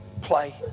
play